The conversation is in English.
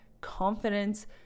confidence